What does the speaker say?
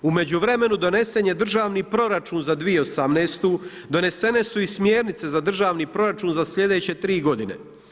U međuvremenu, donesen je državni proračun za 2018., donesene su i smjernice za državni proračun za slijedeće tri godine.